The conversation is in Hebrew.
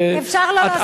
אפשר לא להסכים על,